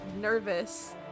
nervous